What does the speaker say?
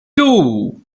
two